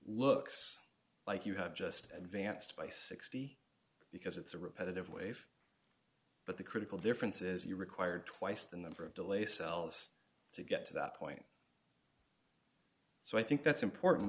looks like you have just an advanced by sixty because it's a repetitive wave but the critical difference is you require twice the number of delay cells to get to that point so i think that's important